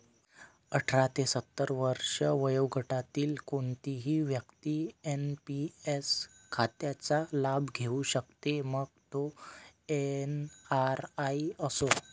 अठरा ते सत्तर वर्षे वयोगटातील कोणतीही व्यक्ती एन.पी.एस खात्याचा लाभ घेऊ शकते, मग तो एन.आर.आई असो